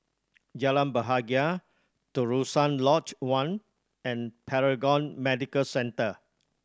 Jalan Bahagia Terusan Lodge One and Paragon Medical Centre